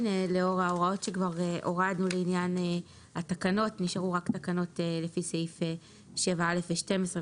לאור זה שנשארו רק תקנות לפי סעיף 7א ו-12.